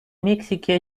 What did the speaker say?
мексики